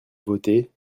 voter